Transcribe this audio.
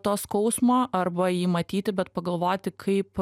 to skausmo arba jį matyti bet pagalvoti kaip